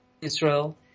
Israel